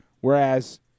Whereas